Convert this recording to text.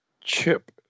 chip